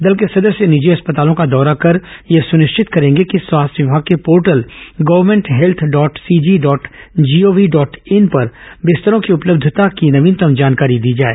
दल के सदस्य निजी अस्पतालों का दौरा कर यह सुनिश्चित करेंगे कि स्वास्थ्य विभाग के portal government health dot CG dot gov dot in पर बिस्तरों की ँ उपलब्यता की नवीनतम जानकारी दी जाए